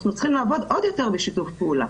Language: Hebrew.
אנחנו צריכים לעבוד עוד יותר בשיתוף פעולה.